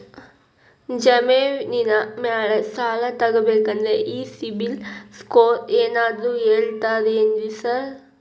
ಜಮೇನಿನ ಮ್ಯಾಲೆ ಸಾಲ ತಗಬೇಕಂದ್ರೆ ಈ ಸಿಬಿಲ್ ಸ್ಕೋರ್ ಏನಾದ್ರ ಕೇಳ್ತಾರ್ ಏನ್ರಿ ಸಾರ್?